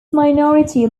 minority